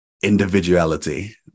individuality